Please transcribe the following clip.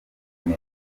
neza